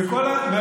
התפלאתי,